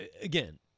again